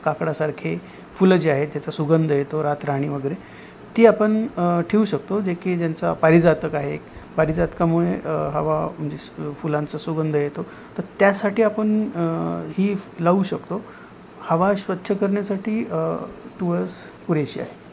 काकडासारखे फुलं जे आहेत ज्याचा सुगंध येतो रातराणी वगैरे ती आपण ठेवू शकतो जे की ज्यांचा पारिजातक आहे पारिजातकामुळे हवा म्हणजे फुलांचा सुगंध येतो तर त्यासाठी आपण ही फु लावू शकतो हवा स्वच्छ करण्यासाठी तुळस पुरेशी आहे